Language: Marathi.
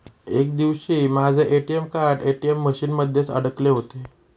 एक दिवशी माझे ए.टी.एम कार्ड ए.टी.एम मशीन मध्येच अडकले होते